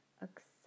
accept